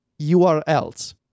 URLs